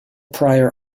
prior